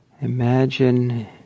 imagine